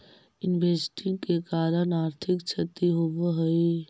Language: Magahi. इन्वेस्टिंग के कारण आर्थिक क्षति होवऽ हई